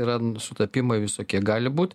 yra sutapimai visokie gali būt